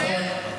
נכון.